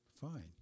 Fine